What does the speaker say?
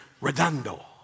Redondo